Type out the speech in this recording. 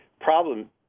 problem